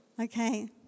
Okay